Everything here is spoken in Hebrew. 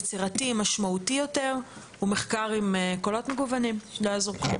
יצירתי ומשמעותי יותר הוא מחקר עם קולות מגוונים לא יעזור כלום,